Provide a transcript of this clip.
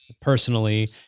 personally